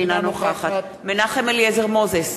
אינה נוכחת מנחם אליעזר מוזס,